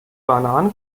banane